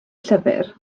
llyfr